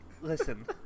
listen